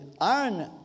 iron